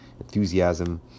enthusiasm